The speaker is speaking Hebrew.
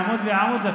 מעמוד לעמוד?